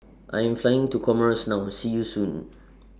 I Am Flying to Comoros now See YOU Soon